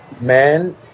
man